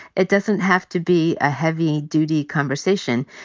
it doesn't have to be a heavy duty conversation.